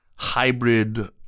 hybrid